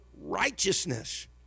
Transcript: righteousness